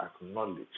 acknowledge